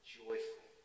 joyful